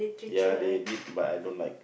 ya they did but I don't like